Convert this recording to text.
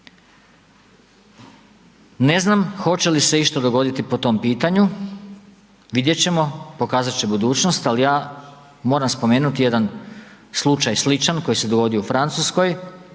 ne znam hoće li se išta dogoditi po tom pitanju, vidjet ćemo, pokazat će budućnost, al ja moram spomenut jedan slučaj sličan koji se dogodio u Francuskoj,